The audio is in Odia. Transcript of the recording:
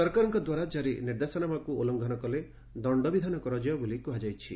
ସରକାରଙ୍କ ଦ୍ୱାରା ଜାରି ନିର୍ଦ୍ଦେଶନାମା ଉଲୁଘନ କଲେ ଦଶ୍ତବିଧାନ କରାଯିବ ବୋଲି କୁହାଯାଇଛି